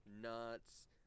nuts